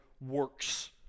works